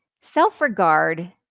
self-regard